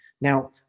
Now